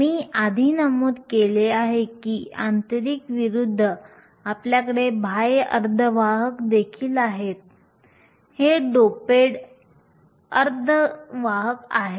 मी आधी नमूद केले आहे की आंतरिक विरूद्ध आपल्याकडे बाह्य अर्धवाहक देखील आहेत हे डोपेड अर्धवाहक आहेत